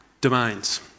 domains